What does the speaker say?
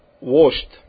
washed